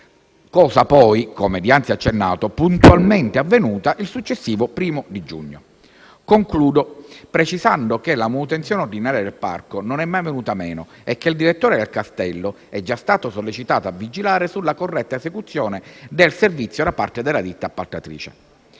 cosa poi, come dianzi accennato, puntualmente avvenuta il successivo 1° giugno. Concludo precisando che la manutenzione ordinaria del parco non è mai venuta meno e che il direttore del castello è già stato sollecitato a vigilare sulla corretta esecuzione del servizio da parte della ditta appaltatrice.